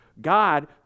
God